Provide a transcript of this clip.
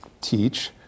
teach